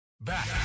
Back